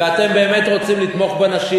ואתם באמת רוצים לתמוך בנשים,